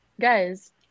guys